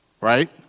Right